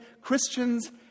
Christians